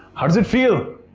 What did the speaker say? how does it feel?